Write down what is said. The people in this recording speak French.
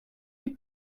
les